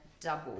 double